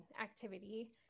activity